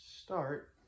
start